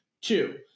Two